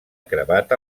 cremat